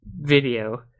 video